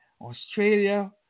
Australia